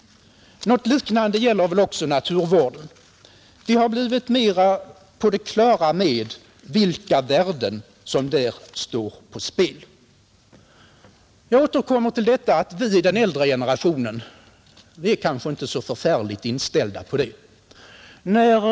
Något liknande gäller väl också naturvården. Vi har blivit mera på det klara med vilka värden som där står på spel. Vi i den äldre generationen kanske inte är så inställda på det som de yngre.